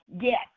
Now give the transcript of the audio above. Yes